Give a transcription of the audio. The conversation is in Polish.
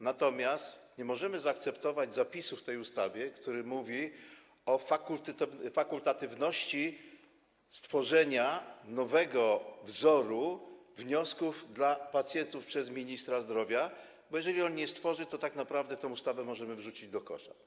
Natomiast nie możemy zaakceptować zapisu w tej ustawie, który stanowi o fakultatywności stworzenia nowego wzoru wniosków dla pacjentów przez ministra zdrowia, bo jeżeli on go nie stworzy, to tak naprawdę tę ustawę możemy wyrzucić do kosza.